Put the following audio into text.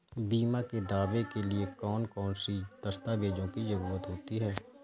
बीमा के दावे के लिए कौन कौन सी दस्तावेजों की जरूरत होती है?